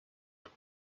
when